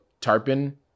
Tarpon